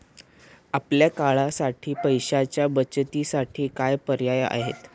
अल्प काळासाठी पैशाच्या बचतीसाठी काय पर्याय आहेत?